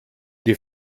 die